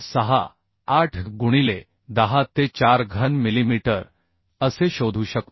68 गुणिले 10 ते 4 घन मिलीमीटर असे शोधू शकतो